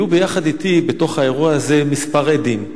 יחד אתי היו באירוע הזה כמה עדים.